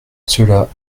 cela